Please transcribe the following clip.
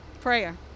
Prayer